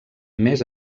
més